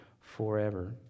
forever